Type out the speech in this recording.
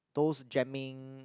those jamming